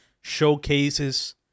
showcases